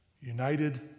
united